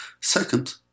Second